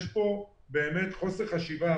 יש פה חוסר חשיבה